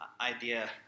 idea